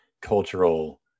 cultural